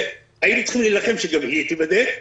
שהיינו צריכים להילחם שגם היא תיבדק,